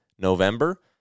November